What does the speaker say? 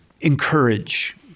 encourage